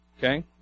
Okay